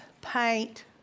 paint